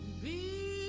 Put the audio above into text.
the